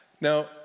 Now